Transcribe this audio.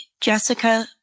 Jessica